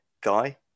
Guy